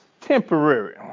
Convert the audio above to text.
temporary